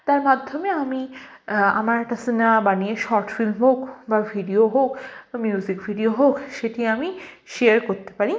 তার মাধ্যমে আমি আমার একটা সিনেমা বানিয়ে শর্ট ফিল্ম হোক বা ভিডিও হোক বা মিউসিক ভিডিও হোক সেটি আমি শেয়ার করতে পারি